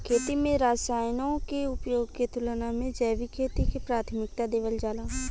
खेती में रसायनों के उपयोग के तुलना में जैविक खेती के प्राथमिकता देवल जाला